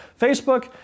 Facebook